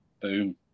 Boom